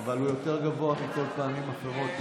אבל הוא יותר גבוה מכל הפעמים האחרות.